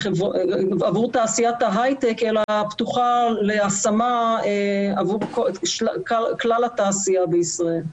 עבור תעשיית ההייטק אלא פתוחה להשמה עבור כלל התעשייה בישראל.